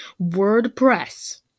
wordpress